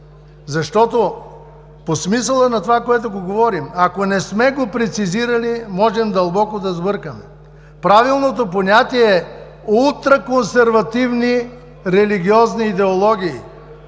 защото по смисъла на това, което говорим, ако не сме го прецизирали, можем дълбоко да сбъркаме. Правилното понятие е ултра консервативни религиозни идеологии,